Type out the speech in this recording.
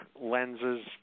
lenses